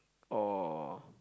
or